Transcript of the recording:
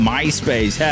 MySpace